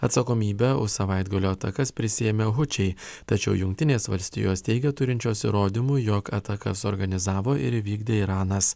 atsakomybę už savaitgalio atakas prisiėmė hučiai tačiau jungtinės valstijos teigia turinčios įrodymų jog atakas organizavo ir įvykdė iranas